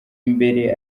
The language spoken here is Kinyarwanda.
imbere